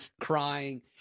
crying